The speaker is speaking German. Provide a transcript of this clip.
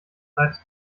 seite